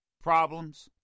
problems